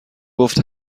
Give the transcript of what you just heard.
گفت